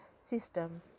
system